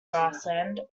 grassland